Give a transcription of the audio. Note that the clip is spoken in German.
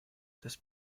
das